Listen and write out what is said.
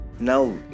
now